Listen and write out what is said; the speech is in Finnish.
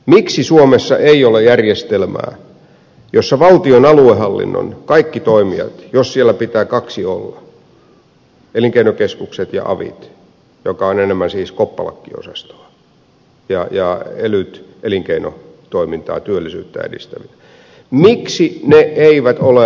miksi suomessa ei ole järjestelmää jossa valtion aluehallinnon kaikki toimijat jos siellä pitää kaksi olla elinkeinokeskukset ja avit jotka ovat enemmän siis koppalakkiosastoa ja elyt elinkeinotoimintaa työllisyyttä edistäviä ovat aluejaoltaan samoja